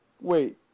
Wait